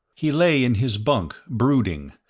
he lay in his bunk brooding,